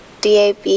DAB